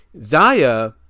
Zaya